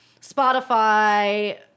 Spotify